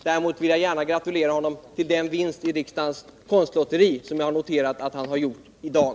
Däremot vill jag gratulera honom till den vinst i riksdagens konstlotteri som jag har noterat att han har gjort i dag.